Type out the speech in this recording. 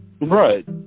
Right